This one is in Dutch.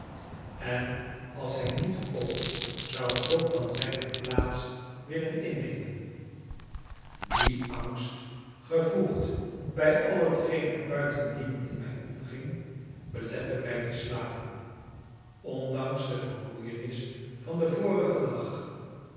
en als hij niet kon zou bob dan zijne plaats willen innemen die angst gevoegd bij al hetgeen er buitendien in mij omging belette mij te slapen ondanks de vermoeienis van den vorigen dag